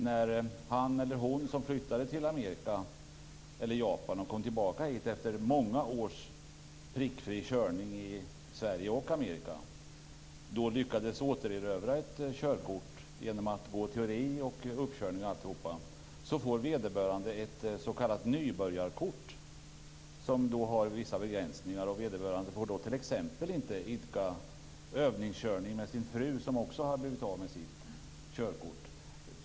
När han eller hon som flyttat till Amerika eller Japan och kommer tillbaka hit efter många års prickfri körning i Sverige och Amerika eller Japan lyckas återerövra ett körkort genom att genomgå teoriprov och uppkörning, får vederbörande ett s.k. nybörjarkort med vissa begränsningar. Vederbörande får då t.ex. inte idka övningskörning med sin fru som också har blivit av med sitt körkort.